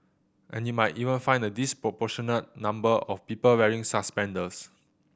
and you might even find a disproportionate number of people wearing suspenders